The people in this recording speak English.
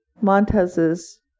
Montez's